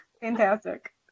Fantastic